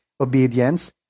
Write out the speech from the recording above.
obedience